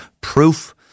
proof